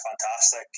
fantastic